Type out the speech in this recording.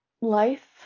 life